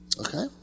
Okay